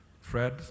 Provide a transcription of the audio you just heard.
Fred